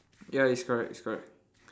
ya it's correct it's correct